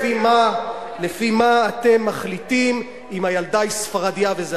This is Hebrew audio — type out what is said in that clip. לפי מה אתם מחליטים אם הילדה ספרדייה או לא?